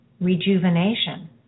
rejuvenation